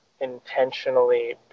intentionally